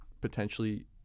potentially